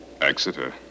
Exeter